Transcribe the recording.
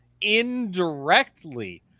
indirectly